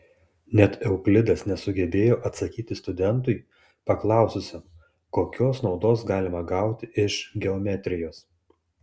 net euklidas nesugebėjo atsakyti studentui paklaususiam kokios naudos galima gauti iš geometrijos